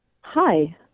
Hi